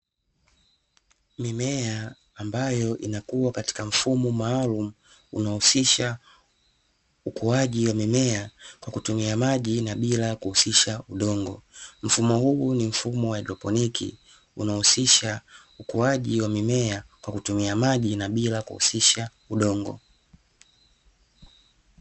Mimea ambayo inakuwa katika mfumo maalumu unaohusisha ukuaji wa mimea kwa kutumia maji na bila kuhusisha udongo, mfumo huu ni mfumo wa haidroponi unahusisha ukuaji wa mimea kwa kutumia maji na bila kuhusisha udongo.